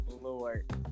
Lord